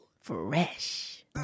fresh